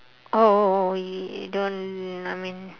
oh oh oh don't I mean